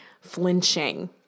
flinching